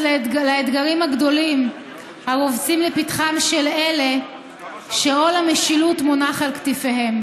לאתגרים הגדולים הרובצים לפתחם של אלה שעול המשילות מונח על כתפיהם.